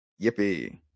Yippee